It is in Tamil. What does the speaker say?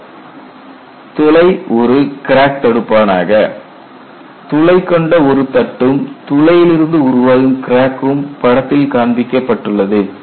Refer Slide Time 3638 Hole as a Crack Arrester துளை ஒரு கிராக் தடுப்பானாக துளை கொண்ட ஒரு தட்டும் துளையிலிருந்து உருவாகும் கிராக்கும் படத்தில் காண்பிக்கப்பட்டுள்ளது